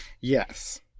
Yes